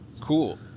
Cool